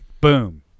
Boom